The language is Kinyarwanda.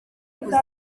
umwuga